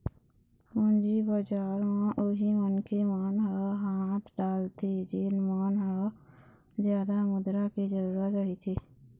पूंजी बजार म उही मनखे मन ह हाथ डालथे जेन मन ल जादा मुद्रा के जरुरत रहिथे